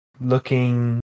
looking